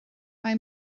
mae